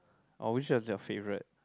or which was your favourite